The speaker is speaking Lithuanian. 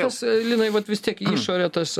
tas linai vat vis tiek į išorę tas